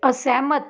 ਅਸਹਿਮਤ